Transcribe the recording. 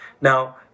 Now